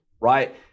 right